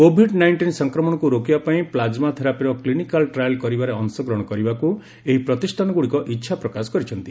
Covid ନାଇଷ୍ଟନ୍ ସଂକ୍ରମଣକୁ ରୋକିବା ପାଇଁ ପ୍ଲାଜମା ଥେରାପିର କ୍ଲିନିକାଲ୍ ଟ୍ରାଏଲ୍ କରିବାରେ ଅଂଶଗ୍ରହଣ କରିବାକୁ ଏହି ପ୍ରତିଷ୍ଠାନଗୁଡ଼ିକ ଇଚ୍ଛା ପ୍ରକାଶ କରିଛନ୍ତି